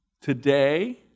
today